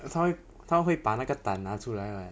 他会他会把那个胆拿出来 like